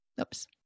oops